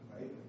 right